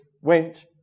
went